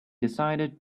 decided